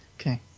Okay